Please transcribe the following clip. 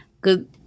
good